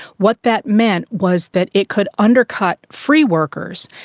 what that meant was that it could undercut free workers,